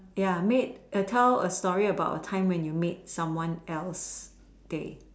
ya made tell a story about a time where you made someone else's day